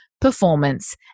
performance